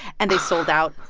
and they sold out.